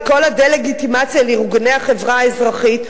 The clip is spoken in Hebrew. כל הדה-לגיטימציה לארגוני החברה האזרחית,